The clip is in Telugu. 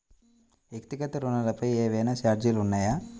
వ్యక్తిగత ఋణాలపై ఏవైనా ఛార్జీలు ఉన్నాయా?